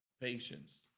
Patience